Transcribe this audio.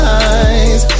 eyes